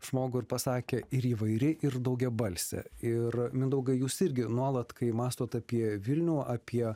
žmogų ir pasakė ir įvairi ir daugiabalsė ir mindaugai jūs irgi nuolat kai mąstot apie vilnių apie